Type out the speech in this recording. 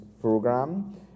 program